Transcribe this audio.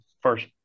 first